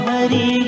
Hari